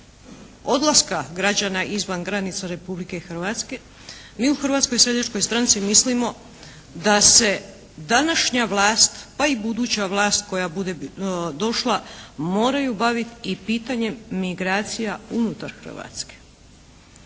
odlaska građana izvan granica Republike Hrvatske. Mi u Hrvatskoj seljačkoj stranci mislimo da se današnja vlast pa i buduća vlast koja bude došla moraju bavit i pitanjem migracija unutar Hrvatske.